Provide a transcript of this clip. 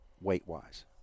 weight-wise